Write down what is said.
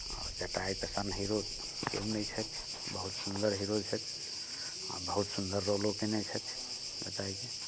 आओर जटायु तऽ हीरो केओ नहि छथि बहुत सुन्दर हीरो छथि आओर बहुत सुन्दर रोलो केने छथि जटायु जी